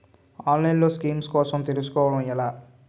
ఆన్లైన్లో స్కీమ్స్ కోసం తెలుసుకోవడం ఎలా?